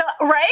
Right